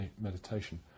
meditation